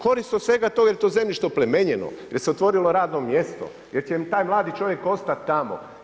Korist od svega toga jel to zemljište oplemenjeno, jel se otvorilo radno mjesto, jel će im taj mladi čovjek ostat tamo.